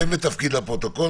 בבקשה, שם ותפקיד לפרוטוקול.